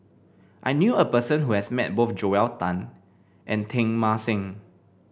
I knew a person who has met both Joel Tan and Teng Mah Seng